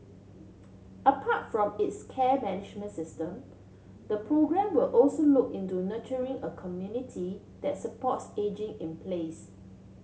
apart from its care management system the programme will also look into nurturing a community that supports ageing in place